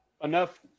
enough